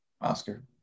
Oscar